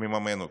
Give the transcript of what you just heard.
מממן אותו?